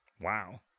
Wow